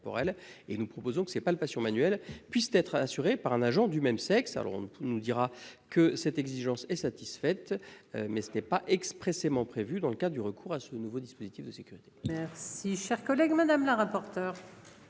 et nous proposons que ces palpation manuelle puisse être assuré par un agent du même sexe, alors on nous dira que cette exigence est satisfaite. Mais ce n'est pas expressément prévu dans le cas du recours à ce nouveau dispositif de sécurité. Si cher collègue Madame la rapporteure.